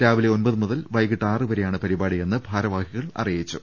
രാവില്ല ഒൻപത് മുതൽ വൈകീട്ട് ആറുവരെയാണ് പരിപാടിയെന്ന് ഭാരവാഹികൾ അറിയിച്ചു